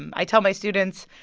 i tell my students,